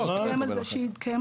אני מייצג את הציבור.